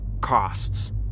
costs